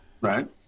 Right